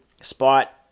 spot